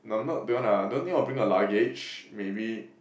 number beyond ah don't think I'll bring a luggage maybe